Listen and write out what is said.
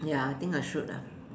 ya I think I should ah